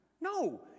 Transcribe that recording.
no